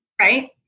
right